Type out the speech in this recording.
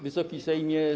Wysoki Sejmie!